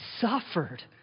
suffered